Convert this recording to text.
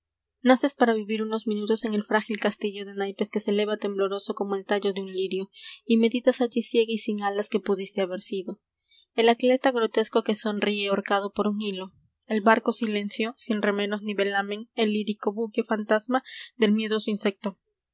naces para vivir unos minutos en el frágil castillo e e naipes que se eleva tembloroso como el tallo de un lirio l meditas allí ciega y sin alas que pudiste haber sido el atleta grotesco que sonríe ahorcado por un hilo el barco silencio sin remeros ni velamen el lírico buque fantasma del miedoso insecto